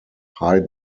hide